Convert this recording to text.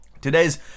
today's